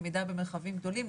למידה במרחבים גדולים,